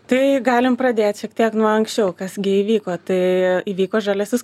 tai galim pradėt šiek tiek nuo anksčiau kas gi įvyko tai įvyko žaliasis